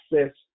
access